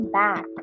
back